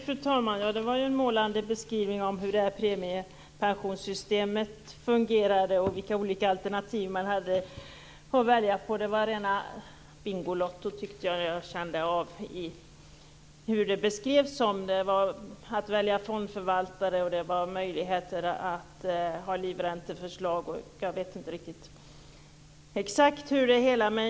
Fru talman! Det var en målande beskrivning av hur premiepensionssystemet fungerar och av de olika alternativ som man har att välja bland. Jag tycker dock att det var rena Bingolotto så som detta beskrevs. Det handlar om att välja fondförvaltare, om möjligheter beträffande livränteförslag osv. Jag vet inte exakt hur allting var.